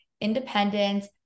independence